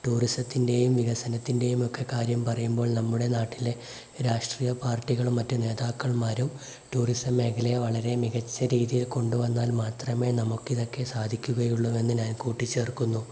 ടൂറിസത്തിൻ്റെയും വികസനത്തിൻ്റെയുമൊക്കെ കാര്യം പറയുമ്പോൾ നമ്മുടെ നാട്ടിലെ രാഷ്ട്രീയ പാർട്ടികളും മറ്റു നേതാക്കളും ടൂറിസം മേഖലയെ വളരെ മികച്ച രീതിയിൽ കൊണ്ടുവന്നാൽ മാത്രമേ നമുക്കിതൊക്കെ സാധിക്കുകയുള്ളൂവെന്ന് ഞാൻ കൂട്ടിച്ചേർക്കുന്നു